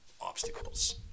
obstacles